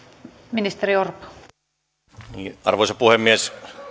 arvoisa puhemies